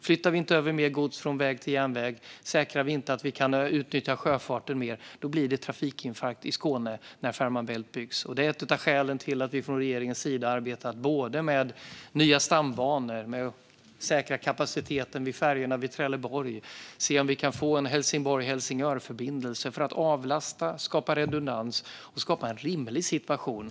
Flyttar vi inte över mer gods från väg till järnväg och säkrar vi inte att vi kan utnyttja sjöfarten mer blir det en trafikinfarkt i Skåne när Fehmarn Bält-förbindelsen byggs. Det är ett av skälen till att vi från regeringens sida har arbetat med både nya stambanor, med att säkra kapaciteten vid färjorna vid Trelleborg och med att se om vi kan få en Helsingborg-Helsingör-förbindelse - för att avlasta, skapa redundans och skapa en rimlig situation.